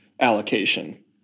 allocation